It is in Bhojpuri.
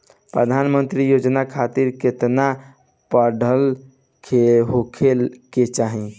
प्रधानमंत्री योजना खातिर केतना पढ़ल होखे के होई?